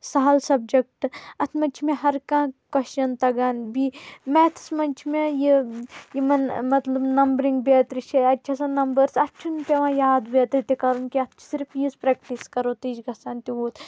سہل سَبجَکٹ اَتھ منٛز چھِ مےٚ ہر کانٛہہ کوسچن تگان بیٚیہِ میٚتھَس منٛز چھِ مےٚ یہِ یِمَن مطلب نمبرِنگ بیترِ چھےٚ اَتہِ چھِ آسان نمبٲرٕس اَتھ چھُنہٕ پیٚوان یاد بیترِ تہِ کَرُن کیٚنٛہہ اَتھ چھِ صِرف ییٖژ پرکٹِس کرو تہٕ یہِ چھُ گژھان تیوٗت